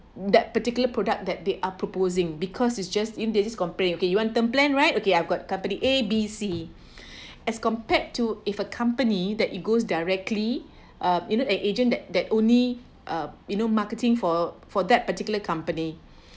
that particular product that they are proposing because it's just if they just comparing that you want term plan right okay I've got company A_B_C as compared to if a company that it goes directly uh you know an agent that that only uh you know marketing for for that particular company